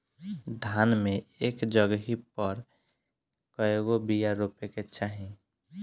धान मे एक जगही पर कएगो बिया रोपे के चाही?